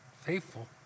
faithful